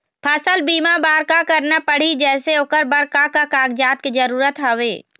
फसल बीमा बार का करना पड़ही जैसे ओकर बर का का कागजात के जरूरत हवे?